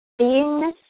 Beingness